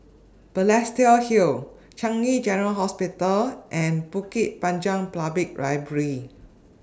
Balestier Hill Changi General Hospital and Bukit Panjang Public Library